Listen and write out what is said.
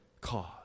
cause